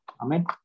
Amen